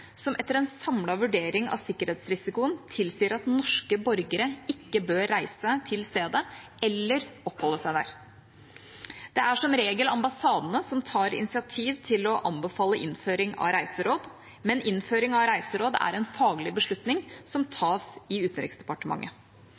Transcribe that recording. som etter en samlet vurdering av sikkerhetsrisikoen tilsier at norske borgere ikke bør reise til stedet eller oppholde seg der. Det er som regel ambassadene som tar initiativ til å anbefale innføring av reiseråd, men innføring av reiseråd er en faglig beslutning som tas i Utenriksdepartementet.